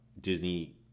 Disney